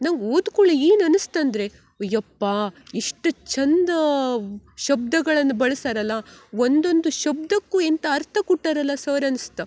ನಂಗೆ ಓದಿ ಕುಳೆ ಏನು ಅನಸ್ತು ಅಂದರೆ ಯಪ್ಪಾ ಇಷ್ಟು ಚಂದ ಶಬ್ದಗಳನ್ನು ಬಳಸಾರಲ್ಲ ಒಂದೊಂದು ಶಬ್ದಕ್ಕೂ ಇಂಥ ಅರ್ಥ ಕೊಟ್ಟಾರಲ್ಲ ಸರ್ ಅನ್ಸ್ತು